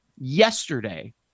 yesterday